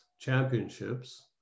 championships